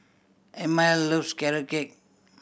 Emile loves Carrot Cake